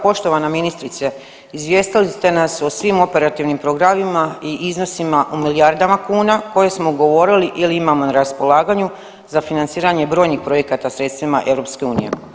Poštovana ministrice izvijestili ste nas o svim operativnim programima i iznosima u milijardama kuna koje smo ugovorili ili imamo na raspolaganju za financiranje brojnih projekata sredstvima EU.